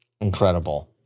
Incredible